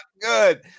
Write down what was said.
good